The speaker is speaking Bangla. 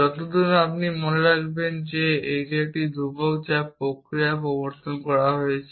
যতদূর আপনি মনে রাখবেন যে এটি একটি ধ্রুবক যা এই প্রক্রিয়ায় প্রবর্তন করা হয়েছে